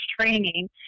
training